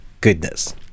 goodness